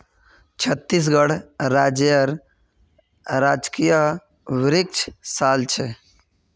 छत्तीसगढ़ राज्येर राजकीय वृक्ष साल छे